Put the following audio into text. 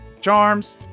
Charms